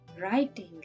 Writing